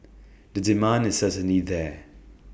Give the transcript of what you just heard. the demand is certainly there